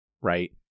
right